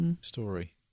story